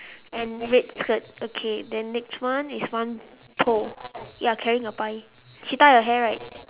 and red skirt okay then next one is one pole ya carrying a pie she tie her hair right